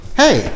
hey